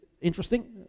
interesting